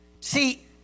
See